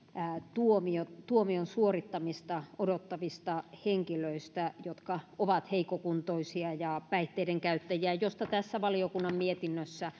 tuomion suorittamista odottavista henkilöistä jotka ovat heikkokuntoisia ja päihteidenkäyttäjiä joista tässä valiokunnan mietinnössä